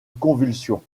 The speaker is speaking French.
convulsion